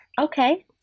Okay